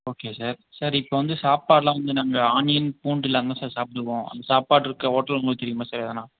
okay sir sir இப்போ வந்து சாப்பாடுலாம் வந்து நாங்கள் ஆனியன் பூண்டு இல்லாமல் தான் சார் சாப்பிடுவோம் அந்த சாப்பாடு இருக்க ஹோட்டல் உங்களுக்கு தெரியுமா சார் எதனா